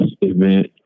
event